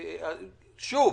שוב,